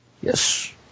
Yes